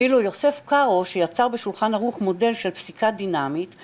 ‫ואילו יוסף קאו, שיצר בשולחן ערוך ‫מודל של פסיקה דינמית,